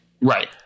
Right